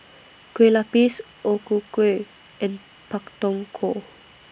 Kueh Lapis O Ku Kueh and Pak Thong Ko